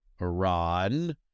Iran